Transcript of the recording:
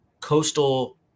Coastal